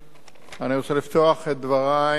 אני רוצה לפתוח את דברי